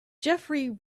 jeffery